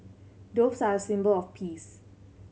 doves are a symbol of peace